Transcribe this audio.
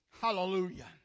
Hallelujah